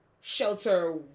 shelter